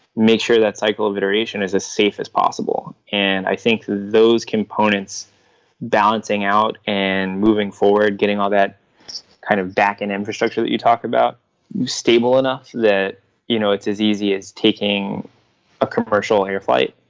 make sure that cycle of iteration is as safe as possible. and i think those components balancing out and moving forward, getting all that kind of backend infrastructure that you talk about is stable enough that you know it's as easy as taking a commercial air flight.